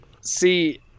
see